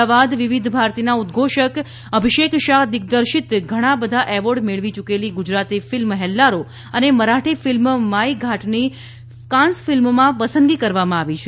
અમદાવાદ વિવિધ ભારતીના ઉદઘોષક અભિષેક શાહ દિગ્દર્શિત ઘણા બધા એવોર્ડ મેળવી યૂકેલી ગુજરાતી ફિલ્મ હેલ્લારો અને મરાઠી ફિલ્મ માઈ ઘાટની કાન્સ ફિલ્મમાં પસંદગી કરવામાં આવી છે